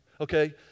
okay